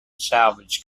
salvage